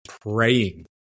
praying